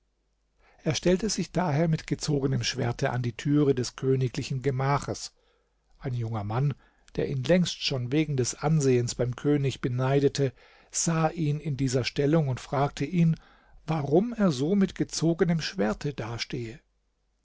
er stellte sich daher mit gezogenem schwerte an die türe des königlichen gemaches ein junger mann der ihn längst schon wegen des ansehens beim könig beneidete sah ihn in dieser stellung und fragte ihn warum er so mit gezogenem schwerte dastehe